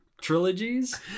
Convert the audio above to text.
trilogies